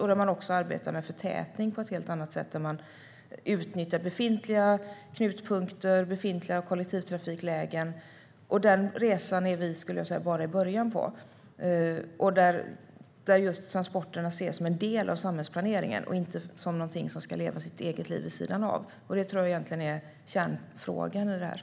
Man arbetar också med förtätning på ett helt annat sätt där man utnyttjar befintliga knutpunkter och kollektivtrafiklägen. Vi är bara i början på den resan. Transporterna ses som en del av samhällsplaneringen och inte som någonting som ska leva sitt eget liv vid sidan av. Det är egentligen kärnfrågan i detta.